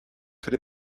could